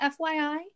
FYI